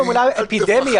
מקובל עליכם?